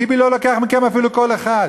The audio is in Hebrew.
ביבי לא לוקח מכם אפילו קול אחד.